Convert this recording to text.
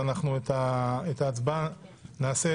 את ההצבעה נערוך